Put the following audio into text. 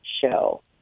show